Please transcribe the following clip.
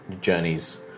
journeys